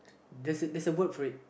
there's a there's a word for it